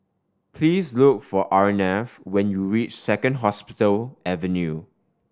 please look for Arnav when you reach Second Hospital Avenue